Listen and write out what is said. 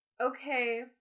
okay